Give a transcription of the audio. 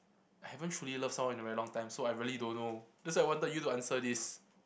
I haven't truly love someone in a really long time so I really don't know that's why I wanted you to answer this